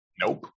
Nope